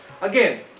Again